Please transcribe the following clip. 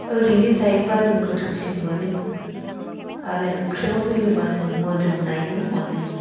ओरैनो जायोब्ला जों गोथावसिन मोनो आरो ओंख्रियाव होयोबा जों मोदोमनायल' मोनो